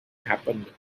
happened